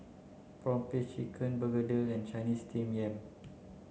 prawn paste chicken Begedil and Chinese steamed yam